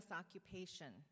occupation